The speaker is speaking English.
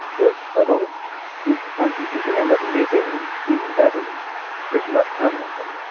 that a lot of the sanctuary seekers end up living in beverley pretty much permanently.